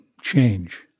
change